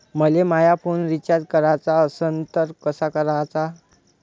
मले माया phone recharge कराचा असन तर कसा कराचा?